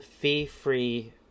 fee-free